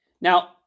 Now